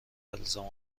الزام